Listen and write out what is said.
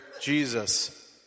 Jesus